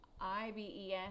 IBEs